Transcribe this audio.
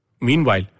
Meanwhile